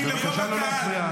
בבקשה לא להפריע.